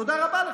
תודה רבה לך.